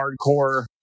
hardcore